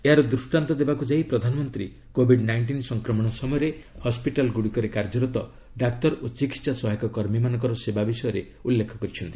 ଏହାର ଦୃଷ୍ଟାନ୍ତ ଦେବାକୁ ଯାଇ ପ୍ରଧାନମନ୍ତ୍ରୀ କୋବିଡ ନାଇଷ୍ଟିନ ସଂକ୍ରମଣ ସମୟରେ ହସିଟାଲଗୁଡ଼ିକରେ କାର୍ଯ୍ୟରତ ଡାକ୍ତର ଓ ଚିକିତ୍ସା ସହାୟକ କର୍ମୀମାନଙ୍କ ସେବା ବିଷୟ ଉଲ୍ଲେଖ କରିଛନ୍ତି